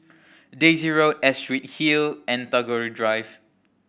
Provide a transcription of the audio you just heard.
Daisy Road Astrid Hill and Tagore Drive